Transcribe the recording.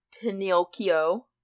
Pinocchio